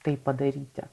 tai padaryti